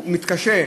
הוא מתקשה,